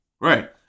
right